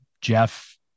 Jeff